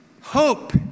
Hope